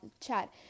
chat